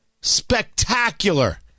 Spectacular